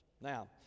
Now